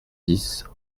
dix